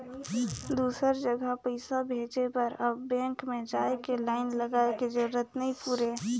दुसर जघा पइसा भेजे बर अब बेंक में जाए के लाईन लगाए के जरूरत नइ पुरे